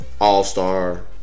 All-star